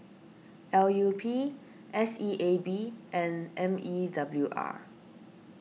L U P S E A B and M E W R